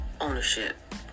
ownership